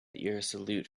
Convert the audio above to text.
irresolute